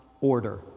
order